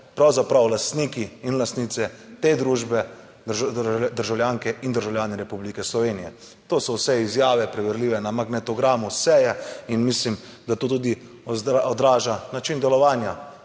pravzaprav lastniki in lastnice te družbe državljanke in državljani Republike Slovenije. To so vse izjave preverljive na magnetogramu seje in mislim, da to tudi odraža način delovanja